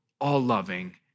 all-loving